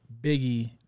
Biggie